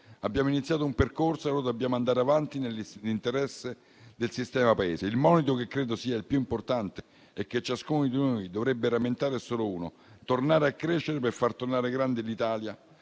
Abbiamo iniziato un percorso e lo dobbiamo portare avanti nell'interesse del sistema Paese. Il monito che credo sia il più importante e che ciascuno di noi dovrebbe rammentare è solo uno: tornare a crescere per far tornare grande l'Italia.